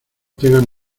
tengan